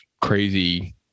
crazy